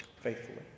faithfully